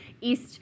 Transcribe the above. East